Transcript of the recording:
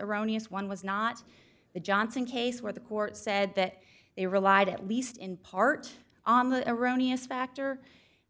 erroneous one was not the johnson case where the court said that it relied at least in part on the iranians factor